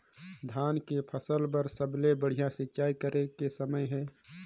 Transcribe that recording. धान के फसल बार सबले बढ़िया सिंचाई करे के समय हे?